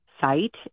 site